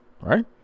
right